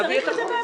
נביא את החוק.